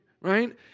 right